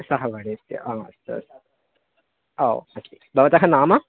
सहपाठि अस्ति अस्तु अस्तु ओ अस्ति भवतः नाम